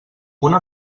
una